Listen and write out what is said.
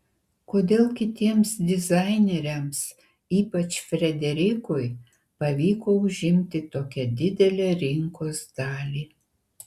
kodėl kitiems dizaineriams ypač frederikui pavyko užimti tokią didelę rinkos dalį